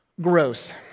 Gross